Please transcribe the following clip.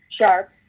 sharp